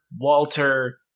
Walter